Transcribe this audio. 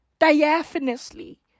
diaphanously